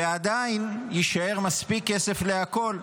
ועדיין יישאר מספיק כסף להכול.